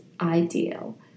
ideal